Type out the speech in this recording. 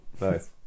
nice